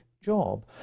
job